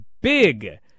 big